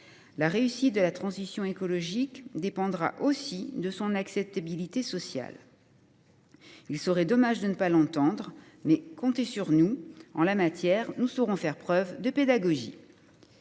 la réussite de la transition écologique dépendra aussi de son acceptabilité sociale. Il serait dommage de ne pas l’entendre, mais comptez sur nous ! En la matière, nous saurons faire preuve de pédagogie.